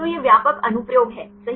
तो यह व्यापक अनुप्रयोग है सही